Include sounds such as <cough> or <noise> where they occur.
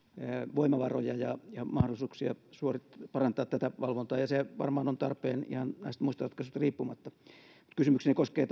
voimavaroja ja ja mahdollisuuksia parantaa tätä valvontaa ja se varmaan on tarpeen ihan näistä muista ratkaisuista riippumatta kysymykseni koskee <unintelligible>